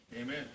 Amen